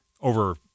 Over